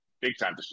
big-time